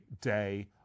day